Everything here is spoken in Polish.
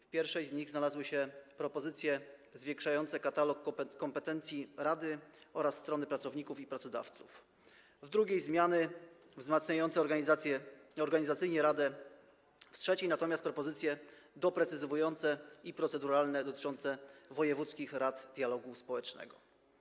W pierwszej z nich znalazły się propozycje zwiększające katalog kompetencji rady oraz strony pracowników i strony pracodawców, w drugiej znalazły się zmiany wzmacniające organizacyjnie radę, w trzeciej natomiast - propozycje doprecyzowujące i proceduralne dotyczące wojewódzkich rad dialogu społecznego.